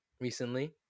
recently